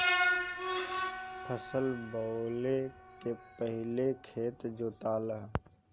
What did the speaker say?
फसल बोवले के पहिले खेत जोताला